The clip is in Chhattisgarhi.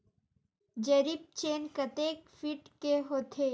जरीब चेन कतेक फीट के होथे?